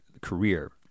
career